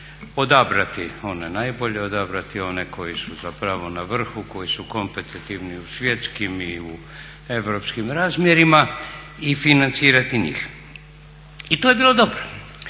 Odabrati one najbolje, odabrati one koji su zapravo na vrhu, koji su kompetitivni u svjetskim i europskim razmjerima i financirati njih. I to je bilo dobro.